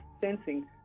sensing